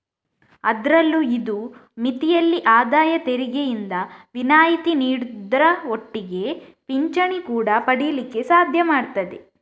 ಅದ್ರಲ್ಲೂ ಇದು ಮಿತಿಯಲ್ಲಿ ಆದಾಯ ತೆರಿಗೆಯಿಂದ ವಿನಾಯಿತಿ ನೀಡುದ್ರ ಒಟ್ಟಿಗೆ ಪಿಂಚಣಿ ಕೂಡಾ ಪಡೀಲಿಕ್ಕೆ ಸಾಧ್ಯ ಮಾಡ್ತದೆ